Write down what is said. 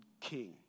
king